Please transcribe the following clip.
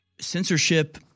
censorship